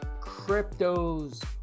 cryptos